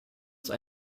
wir